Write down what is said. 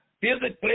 physically